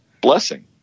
blessing